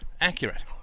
accurate